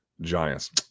Giants